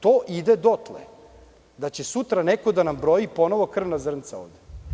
To ide dotle da će sutra neko da nam broji ponovo krvna zrnca ovde.